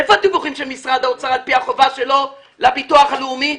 אבל איפה הדיווחים של משרד האוצר על פי החובה שלו לביטוח הלאומי?